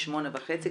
בשמונה וחצי,